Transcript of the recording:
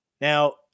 Now